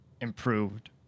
improved